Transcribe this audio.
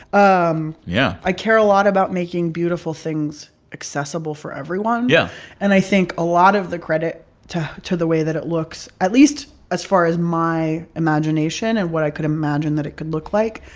um yeah i care about a lot about making beautiful things accessible for everyone yeah and i think a lot of the credit to to the way that it looks, at least as far as my imagination and what i could imagine that it could look like,